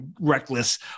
reckless